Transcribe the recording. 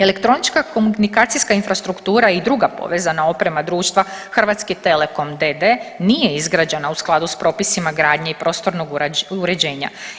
Elektronička komunikacijska infrastruktura i druga povezana oprema društva Hrvatski telekom d.d. nije izgrađena u skladu sa propisima gradnje i prostornog uređenja.